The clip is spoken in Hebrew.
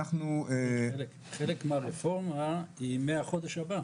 חלק מהרפורמה היא מהחודש הבא.